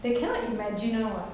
they cannot imagine [one] [what]